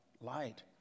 Light